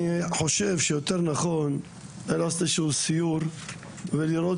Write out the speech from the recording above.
אני חושב שיותר נכון לעשות איזשהו סיור ולראות